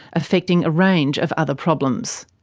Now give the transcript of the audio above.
affecting a range of other problems.